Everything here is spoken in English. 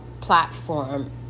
platform